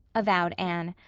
avowed anne.